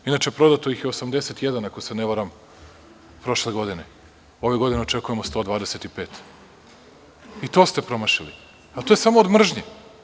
Inače, prodato ih je 81, ako se ne varam, prošle godine, a ove godine očekujemo 125 i to ste promašili, a to je samo od mržnje.